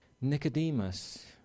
Nicodemus